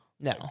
No